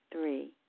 Three